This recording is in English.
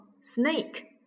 snake